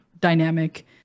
dynamic